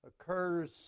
occurs